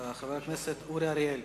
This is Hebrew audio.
חבר הכנסת אורי אריאל.